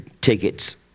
tickets